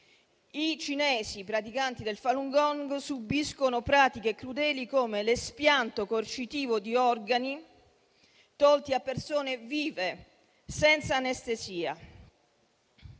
i cinesi praticanti del Falun Gong subiscono pratiche crudeli come l'espianto coercitivo di organi, tolti a persone vive senza anestesia.